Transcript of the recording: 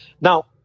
Now